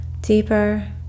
deeper